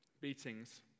beatings